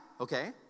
Okay